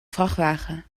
vrachtwagen